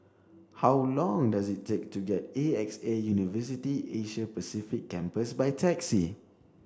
how long does it take to get to A X A University Asia Pacific Campus by taxi